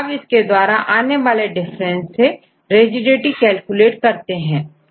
अब इसके द्वारा आने वाले डिफरेंस सेRIGIDITY कैलकुलेट करते हैं